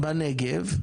בנגב,